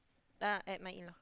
uh at my in law